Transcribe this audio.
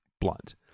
blunt